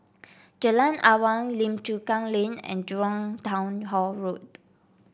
Jalan Awang Lim Chu Kang Lane and Jurong Town Hall Road